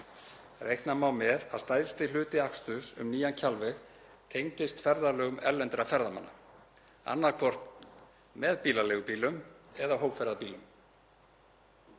Reikna má með að stærsti hluti aksturs um nýjan Kjalveg tengdist ferðalögum erlendra ferðamanna, annaðhvort með bílaleigubílum eða hópferðabílum.